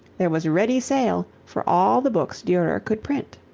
there was ready sale for all the books durer could print.